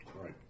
Right